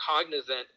cognizant